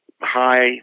high